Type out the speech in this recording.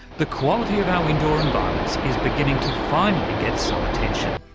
the quality of our indoor environments is beginning to finally get some attention,